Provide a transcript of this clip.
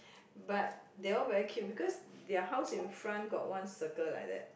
but they all very cute because their house in front got one circle like that